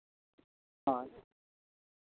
ᱦᱳᱭ